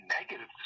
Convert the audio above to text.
negative